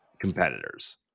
competitors